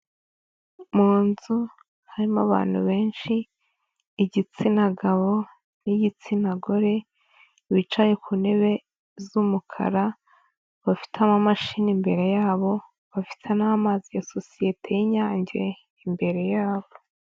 Mu nzu harimo abantu benshi igitsina gabo n'igitsina gore, bicaye ku ntebe z'umukara, bafite amamashini imbere yabo, bafite n'amazi ya sociyete y'Inyange imbere yabo.